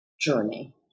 journey